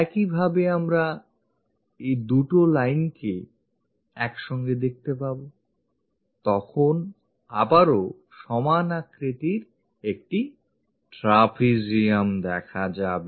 একইভাবে আমরা উভয় lineকে একসঙ্গে দেখতে পাবো তখন আবারও সমান আকৃতির একটি trapezium দেখা যাবে